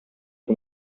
che